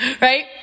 Right